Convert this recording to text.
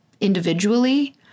individually